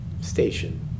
station